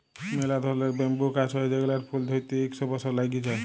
ম্যালা ধরলের ব্যাম্বু গাহাচ হ্যয় যেগলার ফুল ধ্যইরতে ইক শ বসর ল্যাইগে যায়